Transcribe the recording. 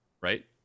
Right